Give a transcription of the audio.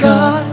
God